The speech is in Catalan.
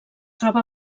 troba